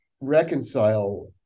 reconcile